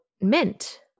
mint